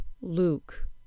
luke